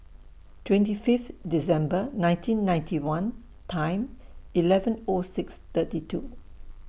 twenty Fifth December nineteen ninety one Time eleven O six thirty two